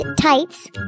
tights